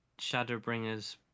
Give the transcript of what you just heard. Shadowbringers